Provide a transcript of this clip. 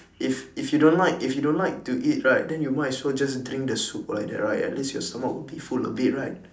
if if you don't like if you don't like to eat right then you might as well just drink the soup like that right at least your stomach will be full a bit right